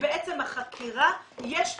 בעצם החקירה, יש פגיעה,